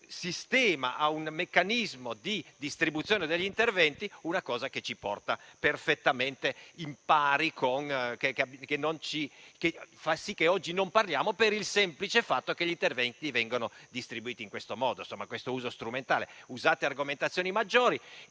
sistema e a un meccanismo di distribuzione degli interventi una cosa che ci porta perfettamente in pari e fa sì che oggi non parliamo per il semplice fatto che gli interventi vengono distribuiti in questo modo. Insomma, questa argomentazione è